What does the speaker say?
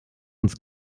ins